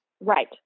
Right